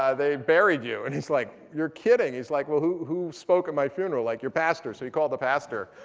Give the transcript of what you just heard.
ah they buried you. and he's like, you're kidding. he's like, well, who who spoke at my funeral? like, your pastor. so he called the pastor.